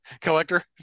Collector